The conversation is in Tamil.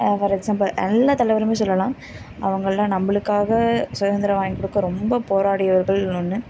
ஃபார் எக்ஸ்சாம்பிள் எல்லா தலைவரும் சொல்லலாம் அவங்கள்லாம் நம்மளுக்காக சுதந்திரம் வாங்கிக் கொடுக்க ரொம்ப போராடியவர்கள் இன்னொன்று